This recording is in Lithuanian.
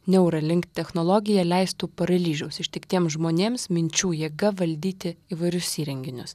neuralink technologija leistų paralyžiaus ištiktiem žmonėms minčių jėga valdyti įvairius įrenginius